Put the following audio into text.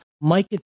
Mike